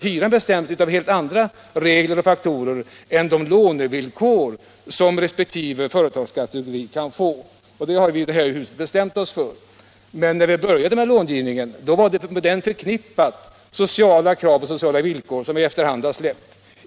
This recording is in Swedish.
Hyran bestäms ju av helt andra regler och faktorer än de lånevillkor som denna företagskategori kan få. Det har vi i det här huset bestämt oss för. Men när långivningen började var den förknippad med sociala krav och sociala villkor som vi efter hand har släppt.